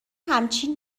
همچین